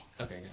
Okay